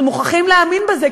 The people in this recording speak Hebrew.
אנחנו מוכרחים להאמין בזה,